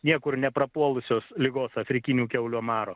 niekur neprapuolusios ligos afrikinių kiaulio maro